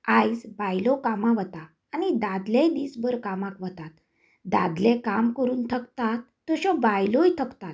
आयज बायलो कामाक वता आनी दादलेय दिस भर कामाक वतात दादले काम करून थकतात तश्यो बायलोय थकतात